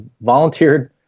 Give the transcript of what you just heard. volunteered